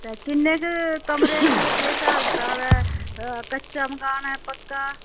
ते कि'न्ने केह् कमरे न ते केह् साह्ब कताब ऐ कच्चा मकान ऐ पक्का